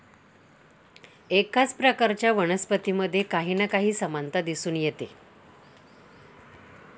एकाच प्रकारच्या वनस्पतींमध्ये काही ना काही समानता दिसून येते